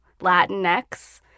Latinx